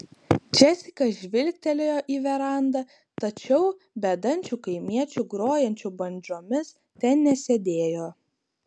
džesika žvilgtelėjo į verandą tačiau bedančių kaimiečių grojančių bandžomis ten nesėdėjo